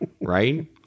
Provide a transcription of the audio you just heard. right